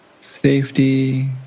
safety